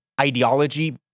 ideology